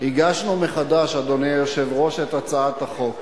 הגשנו מחדש, אדוני היושב-ראש, את הצעת החוק.